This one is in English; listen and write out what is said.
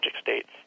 states